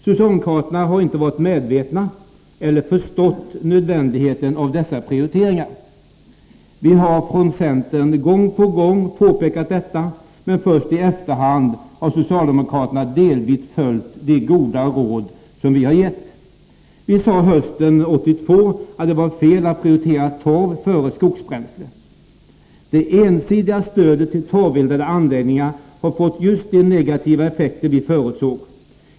Socialdemokraterna har inte varit medvetna om eller förstått nödvändigheten av dessa prioriteringar. Vi har från centern gång på gång påpekat detta, men först i efterhand har socialdemokraterna delvis följt de goda råd vi gett. Vi sade hösten 1982 att det var fel att prioritera torv före skogsbränsle. Det ensidiga stödet till torveldade anläggningar har fått just de negativa effekter som vi förutsåg.